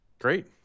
Great